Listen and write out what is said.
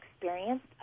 experienced